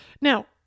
Now